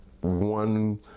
one